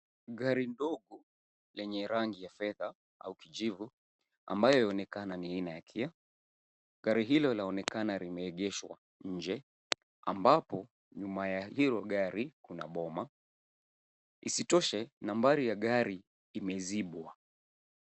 Gari ndogo lenye rangi ya fedha au kijivu, ambayo inaonekana ni aina ya KIA. Gari hilo laonekana limeegeshwa nje, ambapo nyuma ya hilo gari kuna boma. Isitoshe ambari ya gari imezibwa.